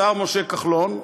השר משה כחלון,